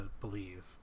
believe